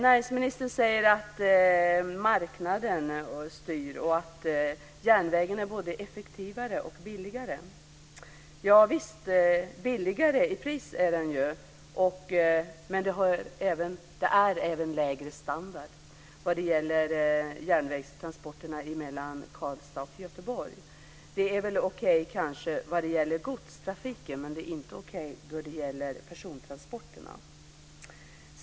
Näringsministern säger att marknaden styr och att järnvägen är både effektivare och billigare. Visst är den billigare, men det är även lägre standard vad gäller järnvägstransporterna mellan Karlstad och Göteborg. Det är kanske okej vad gäller godstrafiken, men det är inte okej då det gäller persontransporterna.